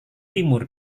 timur